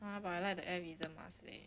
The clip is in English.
!huh! but I like the airism mask leh